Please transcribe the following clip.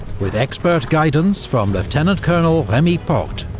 with expert guidance from lieutenant colonel remy porte,